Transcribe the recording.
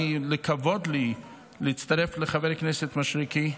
ולכבוד לי להצטרף לחבר הכנסת מישרקי.